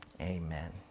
amen